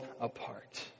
apart